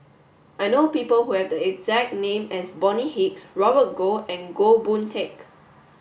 I know people who have the exact name as Bonny Hicks Robert Goh and Goh Boon Teck